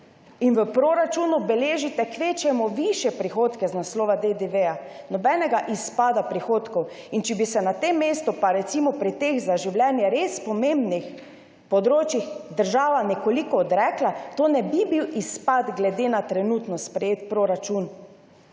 V proračunu beležite kvečjemu višje prihodke z naslova DDV, nobenega izpada prihodkov. Če bi se na tem mestu pa recimo pri teh za življenje res pomembnih področjih država nekoliko odrekla, to ne bi bil izpad glede na trenutno sprejet proračun.